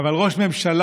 אבל ראש ממשלה,